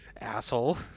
Asshole